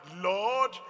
Lord